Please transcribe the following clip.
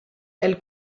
elle